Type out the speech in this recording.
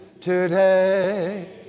today